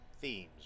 themes